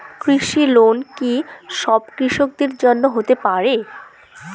কৃষি লোন কি সব কৃষকদের জন্য হতে পারে?